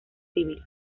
civil